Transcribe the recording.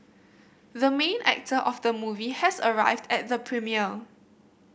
the main actor of the movie has arrived at the premiere